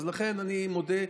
אז לכן אני מודה,